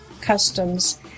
customs